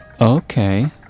Okay